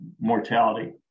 mortality